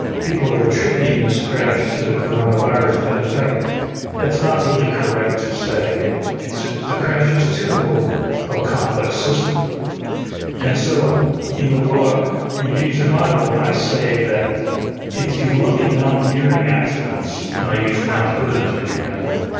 people are attributing this crash to the coronavirus but in fact that's not really correct to say. the crash is typical of a complex system and so in the book, in deep survival, i say that if you look at mountaineering accidents, and i use mount hood as an example,